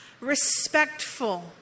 respectful